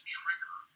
trigger